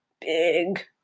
big